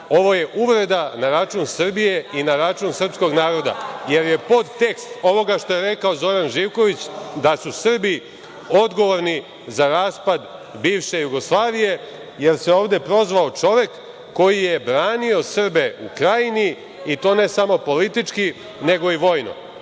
Ovo je uvreda na račun Srbije i na račun srpskog naroda, jer je podtekst ovoga što je rekao Zoran Živković da su Srbi odgovorni za raspad bivše Jugoslavije, jer se ovde prozvao čovek koji je branio Srbe u Krajini, i to ne samo politički, nego i vojno.